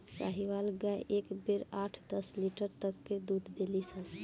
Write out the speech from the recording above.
साहीवाल गाय एक बेरा आठ दस लीटर तक ले दूध देली सन